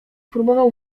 próbował